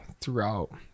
throughout